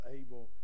able